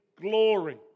glory